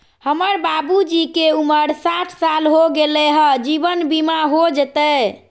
हमर बाबूजी के उमर साठ साल हो गैलई ह, जीवन बीमा हो जैतई?